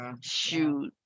Shoot